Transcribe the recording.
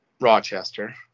Rochester